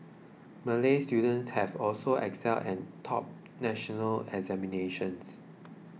Malay students have also excelled and topped national examinations